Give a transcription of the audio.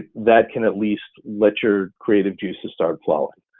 that can at least let your creative juices start flowing.